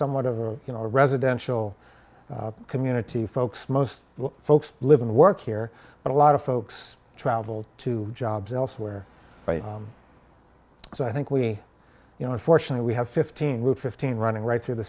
somewhat of a you know residential community folks most folks live and work here but a lot of folks travel to jobs elsewhere so i think we you know unfortunately we have fifteen route fifteen running right through the